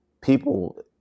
people